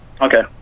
Okay